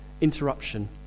Interruption